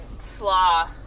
slaw